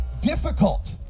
difficult